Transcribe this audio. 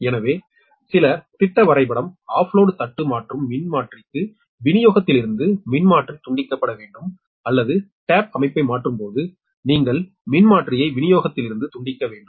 எனவே சில திட்ட வரைபடம் ஆஃப்லோட் தட்டு மாற்றும் மின்மாற்றிக்கு விநியோகத்திலிருந்து மின்மாற்றி துண்டிக்கப்பட வேண்டும் அல்லது டேப் அமைப்பை மாற்றும்போது நீங்கள் மின்மாற்றியை விநியோகத்திலிருந்து துண்டிக்க வேண்டும்